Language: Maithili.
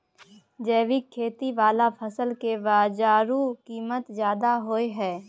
जैविक खेती वाला फसल के बाजारू कीमत ज्यादा होय हय